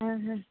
ആ ഹാ